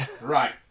Right